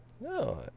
No